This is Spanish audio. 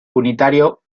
unitario